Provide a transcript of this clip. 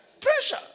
Pressure